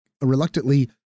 reluctantly